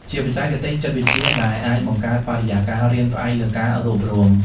ជាបច្ចេកទេសចិត្តវិទ្យាដែលអាចបង្កើតបរិយាកាសរៀនផ្អែកលើការរួបរួម។